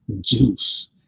juice